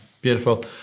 beautiful